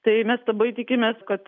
tai mes labai tikimės kad